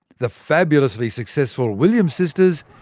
the fabulously successful williams sisters,